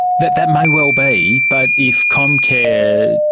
that that may well be, but if comcare